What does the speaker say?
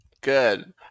Good